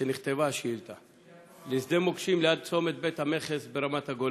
כשנכתבה השאילתה, לשדה מוקשים ליד צומת בית-המכס ברמת-הגולן,